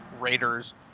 Raiders